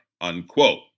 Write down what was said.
unquote